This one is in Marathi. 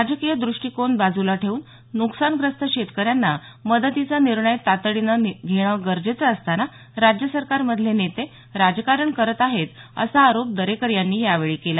राजकीय दृष्टिकोन बाजूला ठेवून नुकसान ग्रस्त शेतकऱ्यांना मदतीचा निर्णय तातडीनं निर्णय घेणं गरजेचं असताना राज्य सरकारमधले नेते राजकारण करत आहेत असा आरोप दरेकर यांनी यावेळी केला